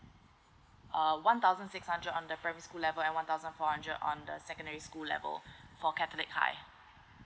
uh one thousand six hundred on the primary school level and one thousand four hundred on the secondary school level for catholic high